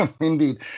Indeed